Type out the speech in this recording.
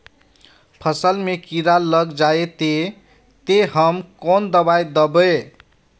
फसल में कीड़ा लग जाए ते, ते हम कौन दबाई दबे?